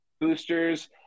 boosters